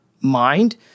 mind